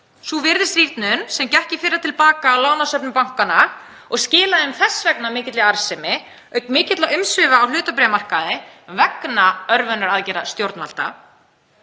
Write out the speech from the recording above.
Sú virðisrýrnun, sem gekk í fyrra til baka á lánasöfnum bankanna og skilaði þeim þess vegna mikilli arðsemi auk mikilla umsvifa á hlutabréfamarkaði vegna örvunaraðgerða stjórnvalda,